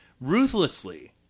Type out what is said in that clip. ruthlessly